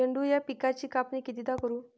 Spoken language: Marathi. झेंडू या पिकाची कापनी कितीदा करू?